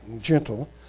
gentle